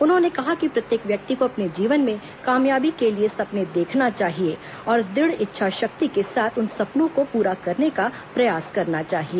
उन्होंने कहा कि प्रत्येक व्यक्ति को अपने जीवन में कामयाबी के लिए सपने देखना चाहिए और दुढ़ इच्छा शक्ति के साथ उन सपनों को पूरा करने का प्रयास करना चाहिए